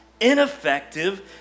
ineffective